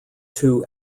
two